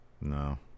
No